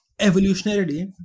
evolutionarily